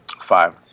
Five